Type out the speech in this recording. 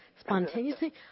Spontaneously